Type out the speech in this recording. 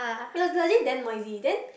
it was legit damn noisy then